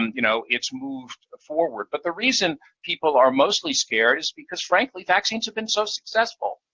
you know it's moved forward. but the reason people are mostly scared is because, frankly, vaccines have been so successful.